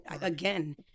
again